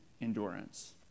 endurance